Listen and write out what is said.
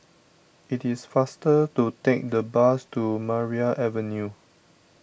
it is faster to take the bus to Maria Avenue